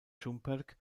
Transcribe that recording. šumperk